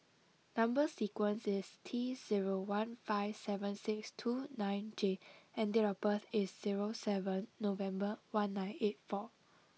number sequence is T zero one five seven six two nine J and date of birth is zero seven November one nine eight four